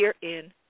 herein